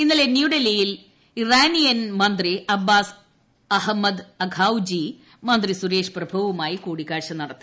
ഇന്നലെ ന്യൂഡൽഹിയിൽ ഇറാനിയൻ മന്ത്രി അബ്ബാസ് അഹമ്മദ് അഖൌജി മന്ത്രി സുരേഷ് പ്രഭുവുമായി കൂടിക്കാഴ്ച നടത്തി